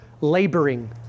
laboring